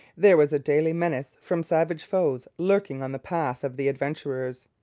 there was a daily menace from savage foes lurking on the path of the adventurers.